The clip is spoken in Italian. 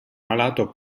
malato